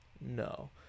no